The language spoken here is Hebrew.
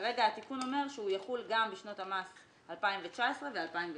כרגע התיקון אומר שהוא יחול גם בשנות המס 2019 ו-2020.